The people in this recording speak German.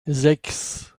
sechs